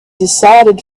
decided